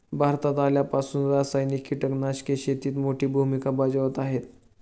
भारतात आल्यापासून रासायनिक कीटकनाशके शेतीत मोठी भूमिका बजावत आहेत